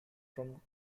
from